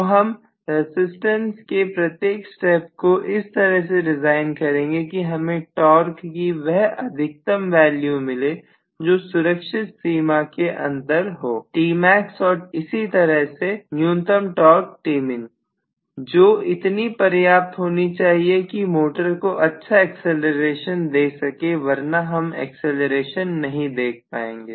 तो हम रजिस्टेंस के प्रत्येक स्टेप को इस तरह से डिजाइन करेंगे कि हमें टॉर्क कि वह अधिकतम वैल्यू मिले जो सुरक्षित सीमा के अंदर हो Tmax और इसी तरह से न्यूनतम टॉर्क Tmin जो इतनी पर्याप्त होनी चाहिए कि मोटर को अच्छा एक्सीलरेशन दे सके वरना हम एक्सीलरेशन नहीं देख पाएंगे